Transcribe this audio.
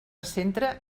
centre